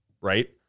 right